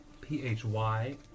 P-H-Y